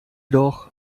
doch